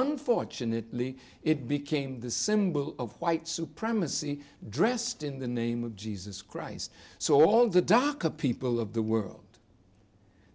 unfortunately it became the symbol of white supremacy dressed in the name of jesus christ so all the dhaka people of the world